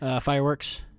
fireworks